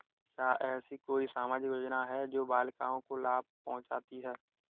क्या ऐसी कोई सामाजिक योजनाएँ हैं जो बालिकाओं को लाभ पहुँचाती हैं?